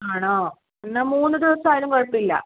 ആണോ എന്നാൽ മൂന്ന് ദിവസം ആയാലും കുഴപ്പമില്ല